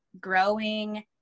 growing